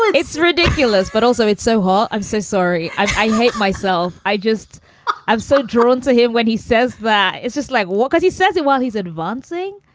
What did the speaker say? it's ridiculous. but also, it's so hot. i'm so sorry. i hate myself. i just i'm so drawn to him when he says that. it's just like what goes. he says it while he's advancing.